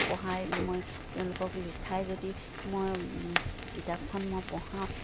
পঢ়াই মই তেওঁলোকক লিখাই যদি মই কিতাপখন মই পঢ়াওঁ